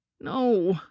No